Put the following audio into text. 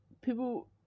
people